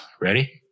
Ready